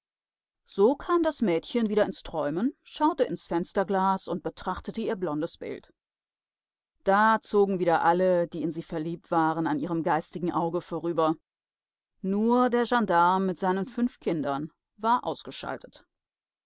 so kam das mädchen wieder ins träumen schaute ins fensterglas und betrachtete ihr blondes bild da zogen wieder alle die in sie verliebt waren an ihrem geistigen auge vorüber nur der gendarm mit seinen fünf kindern war ausgeschaltet